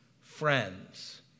Friends